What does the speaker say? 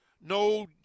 No